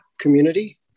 community